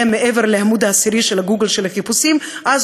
מעבר לעמוד העשירי של החיפושים בגוגל,